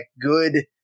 good